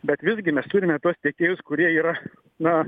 bet visgi mes turime tuos tiekėjus kurie yra na